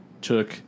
took